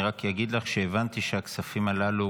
אני רק אגיד לך שהבנתי שהכספים הללו